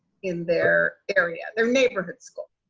in their area, their neighborhood school.